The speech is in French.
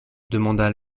demanda